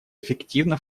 эффективно